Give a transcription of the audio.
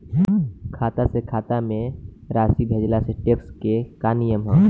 खाता से खाता में राशि भेजला से टेक्स के का नियम ह?